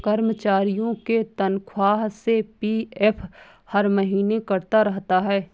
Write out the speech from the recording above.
कर्मचारियों के तनख्वाह से पी.एफ हर महीने कटता रहता है